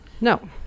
No